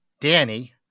Danny